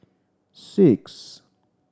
six